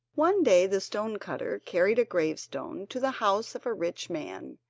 one day the stone-cutter carried a gravestone to the house of a rich man,